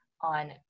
on